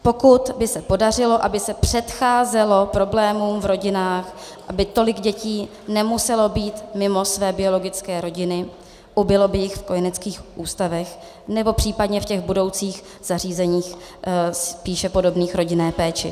Pokud by se podařilo, aby se předcházelo problémům v rodinách, aby tolik dětí nemuselo být mimo své biologické rodiny, ubylo by jich v kojeneckých ústavech, nebo případně v těch budoucích zařízeních spíše podobných rodinné péči.